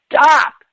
stop